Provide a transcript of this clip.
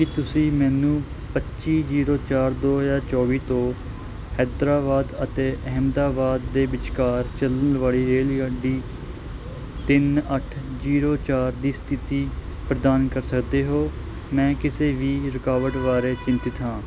ਕੀ ਤੁਸੀਂ ਮੈਨੂੰ ਪੱਚੀ ਜ਼ੀਰੋ ਚਾਰ ਦੋ ਹਜ਼ਾਰ ਚੌਵੀ ਤੋਂ ਹੈਦਰਾਬਾਦ ਅਤੇ ਅਹਿਮਦਾਬਾਦ ਦੇ ਵਿਚਕਾਰ ਚੱਲਣ ਵਾਲੀ ਰੇਲਗੱਡੀ ਤਿੰਨ ਅੱਠ ਜ਼ੀਰੋ ਚਾਰ ਦੀ ਸਥਿਤੀ ਪ੍ਰਦਾਨ ਕਰ ਸਕਦੇ ਹੋ ਮੈਂ ਕਿਸੇ ਵੀ ਰੁਕਾਵਟ ਬਾਰੇ ਚਿੰਤਤ ਹਾਂ